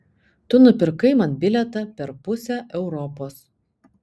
tu nupirkai man bilietą per pusę europos